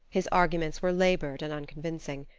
his arguments were labored and unconvincing.